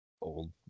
old